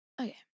Okay